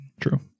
True